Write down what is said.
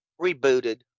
rebooted